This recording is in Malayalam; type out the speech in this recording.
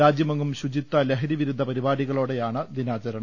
രാജ്യമെങ്ങും ശുചിത്വ ലഹരിവിരുദ്ധ പരിപാടികളോടെയാണ് ദിനാചരണം